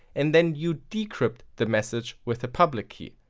and then you decrypt the message with the public key.